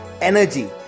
energy